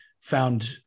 found